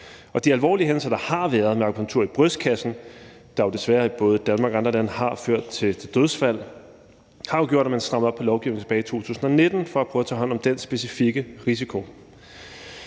de alvorlige hændelser, der har været med akupunktur i brystkassen, der jo desværre både i Danmark og andre lande har ført til dødsfald, har jo gjort, at man strammede op på lovgivningen tilbage i 2019 for at prøve at tage hånd om den specifikke risiko.